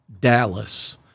Dallas